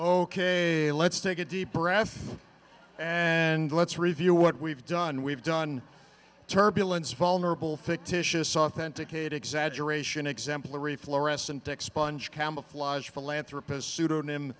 ok let's take a deep breath and let's review what we've done we've done turbulence vulnerable fictitious authenticated exaggeration exemplary florescent expunge camouflage philanthropist pseudonym